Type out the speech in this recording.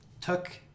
took